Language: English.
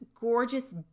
gorgeous